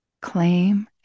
claim